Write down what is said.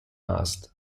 asked